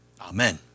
Amen